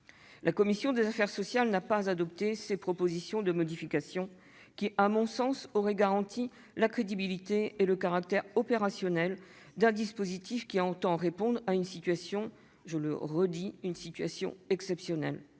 La commission des affaires sociales n'a pas adopté ces propositions de modification, qui, à mon sens, auraient garanti la crédibilité et le caractère opérationnel d'un dispositif qui entend répondre à une situation, je le répète, exceptionnelle.